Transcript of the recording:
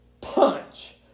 punch